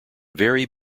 very